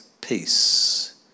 peace